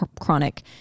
chronic